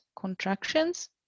contractions